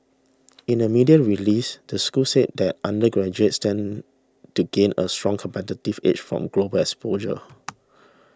in a media release the school said that undergraduates stand to gain a strong competitive edge from global exposure